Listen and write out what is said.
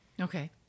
Okay